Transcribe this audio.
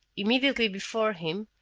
immediately before him,